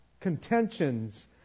contentions